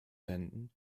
wänden